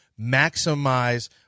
maximize